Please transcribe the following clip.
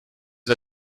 des